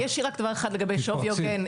יש לי רק דבר אחד לגבי שווי הוגן,